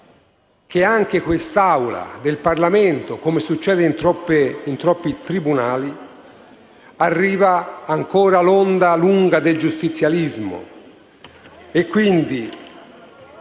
che anche in quest'Assemblea del Parlamento, come succede in troppi tribunali, arriva ancora l'onda lunga del giustizialismo